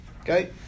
Okay